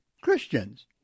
Christians